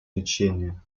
лечения